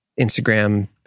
Instagram